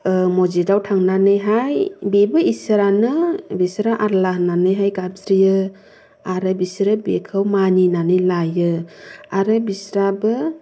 मजिदयाव थांनानै हाय बेबो इसोरानो बिसोरना आल्ला होननानै गाबज्रियो आरो बिसोरो बिखौ मानिनानै लायो आरो बिस्राबो